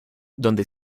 donde